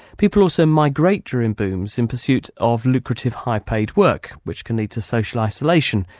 people also migrate during booms in pursuit of lucrative high paid work, which can lead to social isolation,